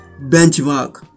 benchmark